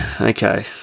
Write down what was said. Okay